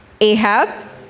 Ahab